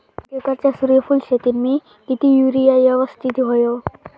एक एकरच्या सूर्यफुल शेतीत मी किती युरिया यवस्तित व्हयो?